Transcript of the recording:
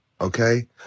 Okay